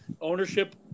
ownership